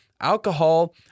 alcohol